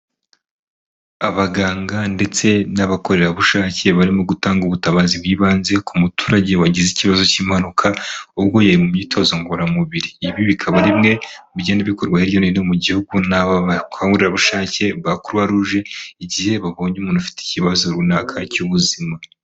Abaganga ndetse n'abakorerabushake barimo gutanga ubutabazi bw'ibanze ku muturage wagize ikibazo cy'impanuka uguye mu myitozo ngororamubiri, ibi bikaba bimwe mugenda bikorwa hirya no hino mu gihugu n'aba bakorerabushake ba kuruwa ruje igihe babonye umuntu ufite ikibazo runaka cy'ubuzima.